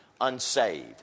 unsaved